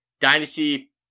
Dynasty